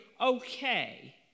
okay